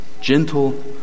gentle